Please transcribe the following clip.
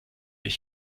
ich